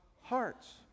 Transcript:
hearts